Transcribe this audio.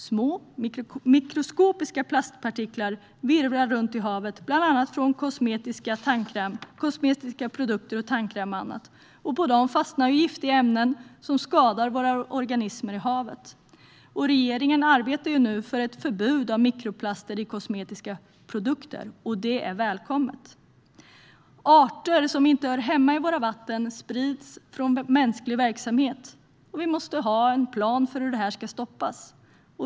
Små, mikroskopiska plastpartiklar virvlar runt i havet från kosmetiska produkter, tandkräm och annat. På dem fastnar giftiga ämnen som skadar våra organismer i havet. Regeringen arbetar nu för ett förbud mot mikroplaster i kosmetiska produkter, och det är välkommet. Arter som inte hör hemma i våra vatten sprids från mänsklig verksamhet. Vi måste ha en plan för hur detta ska stoppas.